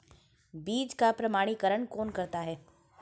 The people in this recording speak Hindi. बीज का प्रमाणीकरण कौन करता है?